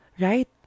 Right